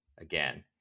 again